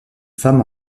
femme